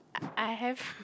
I have